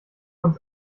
uns